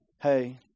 hey